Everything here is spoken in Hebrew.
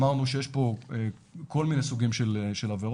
אמרנו שיש פה כל מיני סוגים של עבירות,